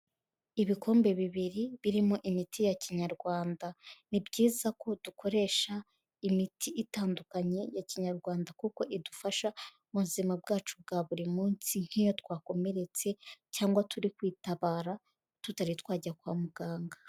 Ibikombe bibiri birimo imiti ya kinyarwanda, ni byiza ko dukoresha imiti itandukanye ya kinyarwanda kuko idufasha mu buzima bwacu bwa buri munsi nk'iyo twakomeretse cyangwa turi kwitabara tutari twajya kwa muganga.